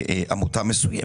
לעמותה מסוימת,